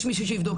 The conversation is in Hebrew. יש מישהו שיבדוק.